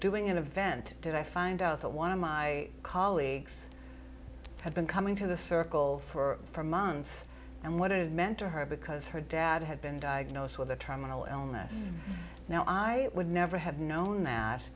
doing in a vent did i find out that one of my colleagues had been coming to the circle for months and what it meant to her because her dad had been diagnosed with a terminal illness now i would never have known that